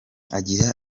agira